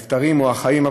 הנפטרים או החיים,